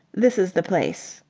this is the place.